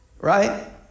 right